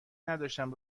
نداشتم